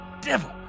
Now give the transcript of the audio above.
devil